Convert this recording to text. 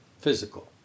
physical